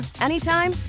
anytime